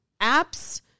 apps